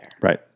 Right